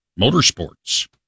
motorsports